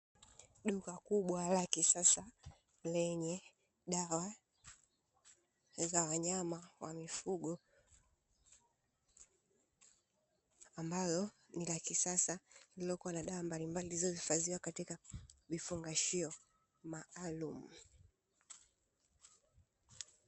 Duka kubwa la kisasa lenye dawa za wanyama wa mifugo, ambalo ni la kisasa lililokuwa na dawa mbalimbali zilizohifadhiwa katika vifungashio maalumu.